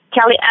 Kelly